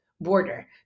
border